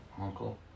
Uncle